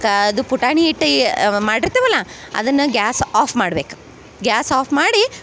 ಕಾ ಅದು ಪುಟಾಣಿ ಇಟ್ ಎ ಮಾಡಿರ್ತೇವಲ್ಲ ಅದನ್ನ ಗ್ಯಾಸ್ ಆಫ್ ಮಾಡ್ಬೇಕು ಗ್ಯಾಸ್ ಆಫ್ ಮಾಡಿ